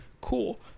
cool